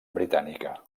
britànica